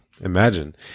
imagine